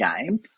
game